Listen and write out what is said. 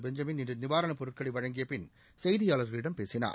Benjamin இன்று நிவாரணப் பொருட்களை வழங்கிய பின் செய்தியாளர்களிடம் பேசினார்